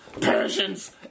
Persians